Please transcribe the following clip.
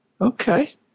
Okay